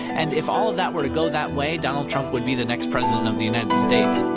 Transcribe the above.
and if all of that were to go that way, donald trump would be the next president of the united states